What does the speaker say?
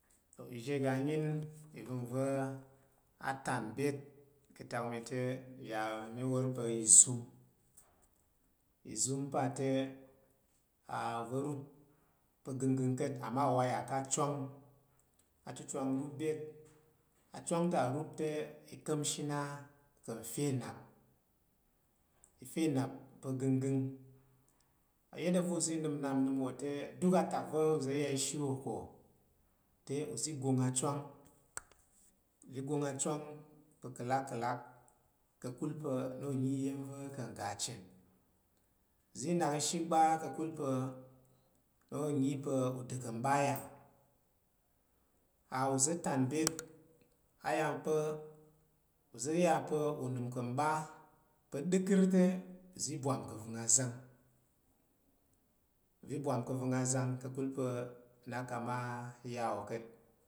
Ɪzhe- ganyin ivangva a ten byet ka̱ tak tei y’a mi wor pi tzun. Izun pa teuuza̱ kup pa̱ gangang ka̱t, amma uwaya’ ka’ acwang. Acucwang rup byet. Acwang ruptei ka̱mshi na ka̱ nfye nnap. Ifye nnap pa̱ ganggang. Acwang ruptei ka̱mshi na ka̱ nfye nnap. Ifye nnap pa̱ ganggang. Ayanda va̱ uza̱ i nana nnap nnam wo te, duk atak va̱ uza̱ ya ishi wo ka̱ te uza i gwong acwang. Uza, i gwang acwong pa̱ kalakkalak; ka̱ kul pa̱ na s nyi iya̱n va̱ ka̱ ngga achen, uza i nak ishi kpa’ ka̱kul pa̱ o’ nyi pa̱ uda ka̱ ɓa ya’. A uza̱ yan byet, a ya’ pa̱ uza̱ ya pa̱ azang ka̱kul pa̱ n’a kang ma ya wo’ ka̱t.